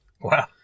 Wow